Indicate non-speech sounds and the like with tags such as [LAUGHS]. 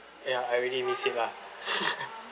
ya I already miss it lah [LAUGHS]